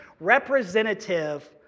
representative